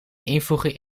invoegen